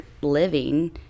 living